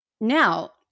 now